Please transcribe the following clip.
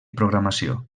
programació